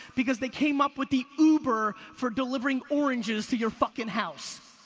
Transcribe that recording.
because they came up with the uber for delivering oranges to your fucking house.